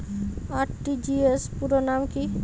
RTGS পুরো নাম কি?